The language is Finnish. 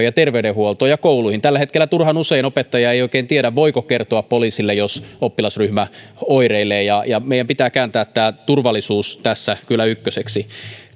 ja terveydenhuoltoon ja kouluihin tällä hetkellä turhan usein opettaja ei oikein tiedä voiko kertoa poliisille jos oppilasryhmä oireilee ja ja meidän pitää kääntää tämä turvallisuus tässä kyllä ykköseksi